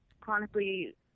chronically